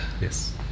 Yes